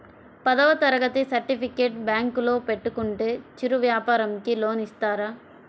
పదవ తరగతి సర్టిఫికేట్ బ్యాంకులో పెట్టుకుంటే చిరు వ్యాపారంకి లోన్ ఇస్తారా?